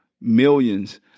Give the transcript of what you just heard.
millions